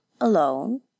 Alone